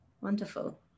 Wonderful